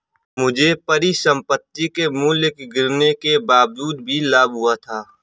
मुझे परिसंपत्ति के मूल्य गिरने के बावजूद भी लाभ हुआ था